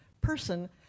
person